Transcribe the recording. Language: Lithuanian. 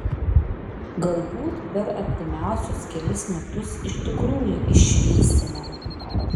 galbūt per artimiausius kelis metus iš tikrųjų išvysime